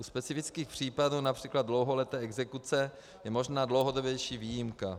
U specifických případů, například dlouholeté exekuce, je možná dlouhodobější výjimka.